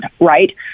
right